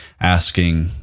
asking